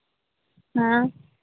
ହାଁ